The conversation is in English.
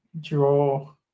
Draw